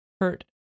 hurt